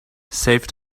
saved